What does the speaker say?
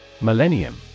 Millennium